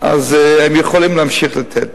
הם יכולים להמשיך לתת.